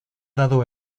dado